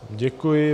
Děkuji.